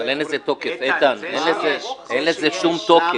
אבל אין לזה שום תוקף.